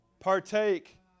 Partake